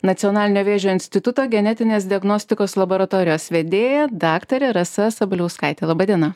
nacionalinio vėžio instituto genetinės diagnostikos laboratorijos vedėja daktarė rasa sabaliauskaitė laba diena